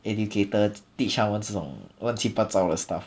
educators teach 他们这种乱七八糟的 stuff